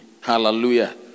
hallelujah